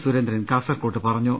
സുരേന്ദ്രൻ കാസർകോട്ട് പറഞ്ഞു